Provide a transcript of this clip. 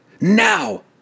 Now